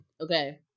okay